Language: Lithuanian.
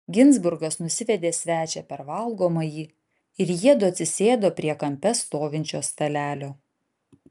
ginzburgas nusivedė svečią per valgomąjį ir jiedu atsisėdo prie kampe stovinčio stalelio